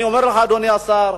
אני אומר לך, אדוני השר,